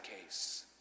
case